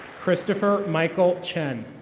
christopher michael chen.